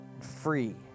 free